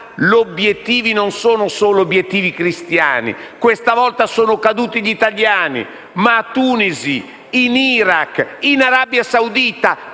obiettivi non solo cristiani. Questa volta sono caduti gli italiani, ma a Tunisi, in Iraq, in Arabia Saudita,